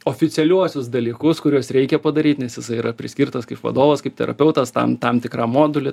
oficialiuosius dalykus kuriuos reikia padaryt nes jisai yra priskirtas kaip vadovas kaip terapeutas tam tam tikram moduly